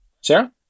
Sarah